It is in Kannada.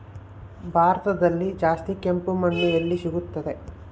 ಭಾರತದಲ್ಲಿ ಜಾಸ್ತಿ ಕೆಂಪು ಮಣ್ಣು ಎಲ್ಲಿ ಸಿಗುತ್ತದೆ?